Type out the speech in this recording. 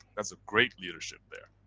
that's a great leadership there.